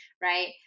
right